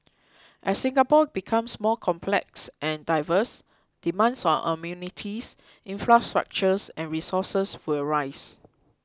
as Singapore becomes more complex and diverse demands on amenities infrastructure and resources will rise